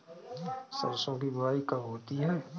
सरसों की बुआई कब होती है?